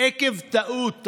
עקב טעות.